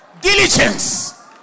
Diligence